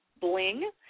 bling